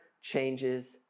changes